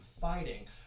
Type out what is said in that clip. Fighting